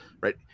right